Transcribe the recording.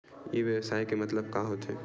ई व्यवसाय के मतलब का होथे?